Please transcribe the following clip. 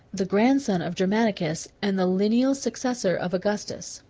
the grandson of germanicus, and the lineal successor of augustus.